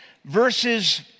Verses